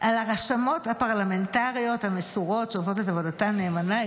לרשמות הפרלמנטריות המסורות שעושות את עבודתן נאמנה.